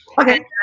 okay